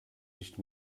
nicht